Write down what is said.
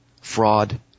fraud